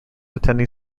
attending